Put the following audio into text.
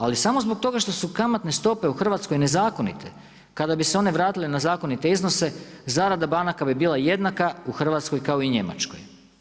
Ali samo zbog toga što su kamatne stope u Hrvatskoj nezakonite, kada bi se one vratile na zakonite iznose, zarada banaka bi bila jednaka u Hrvatskoj kao i u Njemačkoj.